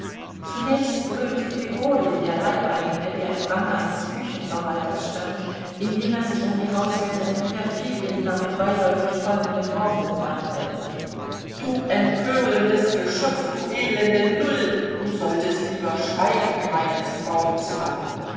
zunächst brüllte grigorij der leibeigene der im range eines küchenverwalters stand indem er sich an die haushälterin perfiljewna mit beiläufig folgenden worten wandte du empörendes geschöpf du elende null du solltest lieber schweigen gemeines frauenzimmer